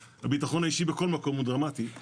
הביטחון האישי בכל מקום הוא דרמטי,